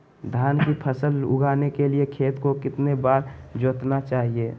धान की फसल उगाने के लिए खेत को कितने बार जोतना चाइए?